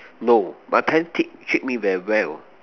no my parents teach treat me very well